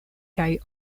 kaj